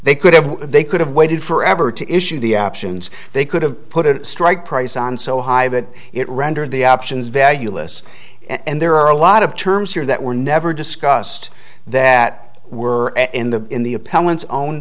they could have they could have waited forever to issue the options they could have put a strike price on so high that it rendered the options valueless and there are a lot of terms here that were never discussed that were in the in the